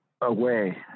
away